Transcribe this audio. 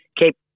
keep